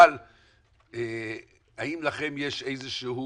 אבל האם לכם יש איזה שהוא